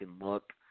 look